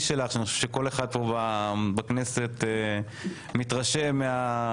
שלך שאני חושב שכל אחד פה בכנסת מתרשם מהשלווה,